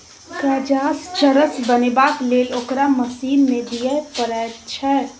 गांजासँ चरस बनेबाक लेल ओकरा मशीन मे दिए पड़ैत छै